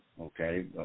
okay